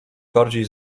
bardziej